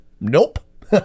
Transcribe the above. nope